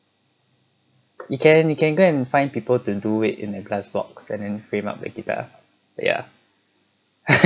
you can you can go and find people to do it in a glass box and then frame up the guitar ya